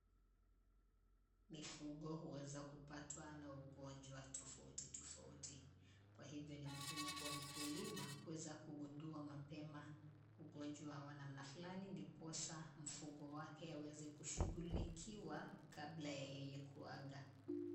Mifugo huweza kupatwa na ugonjwa tofauti tofauti, kwahivyo ni muhimu kuwa mkulima kuweza kugundua mapema ugonjwa wa mamna fulani ndiposa mfugo wake aweze kushughulikiwa kabla ya yeye kuaga.